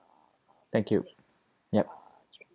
thank you yup